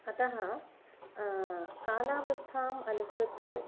अतः कालावस्थाम् अनुसृत्य